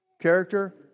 Character